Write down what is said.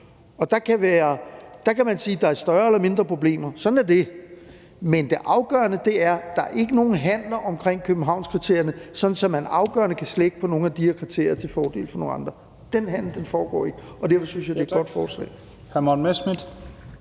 og der kan man sige, at der er større eller mindre problemer. Sådan er det. Men det afgørende er, at der ikke er nogen handler omkring Københavnskriterierne, sådan at man afgørende kan slække på nogle af de her kriterier til fordel for nogle andre. Den handel foregår ikke, og derfor synes jeg, at det er et godt forslag.